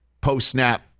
post-snap